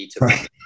right